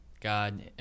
God